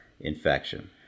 infection